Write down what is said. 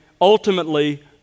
ultimately